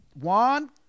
Juan